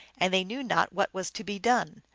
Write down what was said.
and they knew not what was to be done.